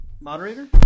moderator